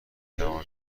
تمام